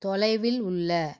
தொலைவில் உள்ள